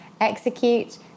execute